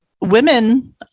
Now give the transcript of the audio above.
women